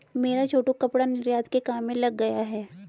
मेरा छोटू कपड़ा निर्यात के काम में लग गया है